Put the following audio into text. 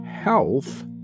Health